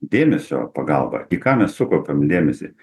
dėmesio pagalba į ką mes sukaupiam dėmesį